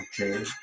Okay